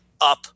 up